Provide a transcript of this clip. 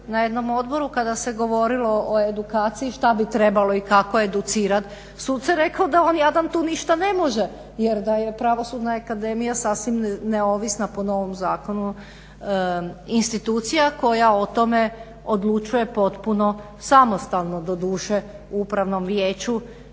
na jednom odboru kada se govorilo o edukaciji šta bi trebalo i kako educirati suce, rekao da on jadan tu ništa ne može jer da je Pravosudna akademija sasvim neovisna po novom zakonu institucija koja o tome odlučuje potpuno samostalno doduše u upravnom vijeću